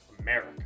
America